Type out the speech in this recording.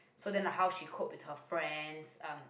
so then like how she cope with her friends um